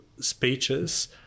speeches